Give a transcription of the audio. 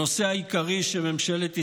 הנושא העיקרי שממשלת ישראל,